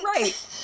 Right